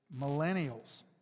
millennials